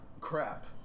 Crap